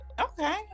Okay